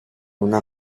una